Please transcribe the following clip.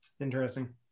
interesting